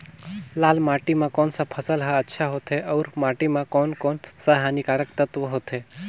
लाल माटी मां कोन सा फसल ह अच्छा होथे अउर माटी म कोन कोन स हानिकारक तत्व होथे?